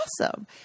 awesome